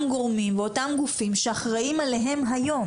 גורמים ואותם גופים שאחראים עליהם היום,